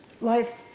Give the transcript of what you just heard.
life